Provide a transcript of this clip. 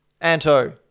Anto